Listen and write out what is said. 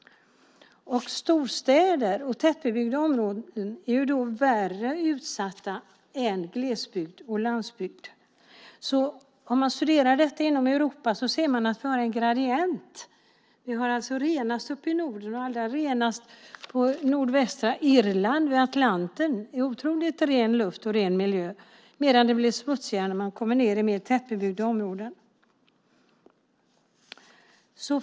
Storstäder och tättbebyggda områden är värre utsatta än glesbygd och landsbygd. Om man studerar detta inom Europa ser man att vi har en gradient. Vi har alltså renast uppe i Norden, och allra renast på nordvästra Irland vid Atlanten. Där är det en otroligt ren luft och en ren miljö, medan det blir smutsigare när man kommer ned i mer tättbebyggda områden.